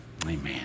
Amen